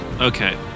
Okay